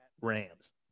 Rams